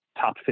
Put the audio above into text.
top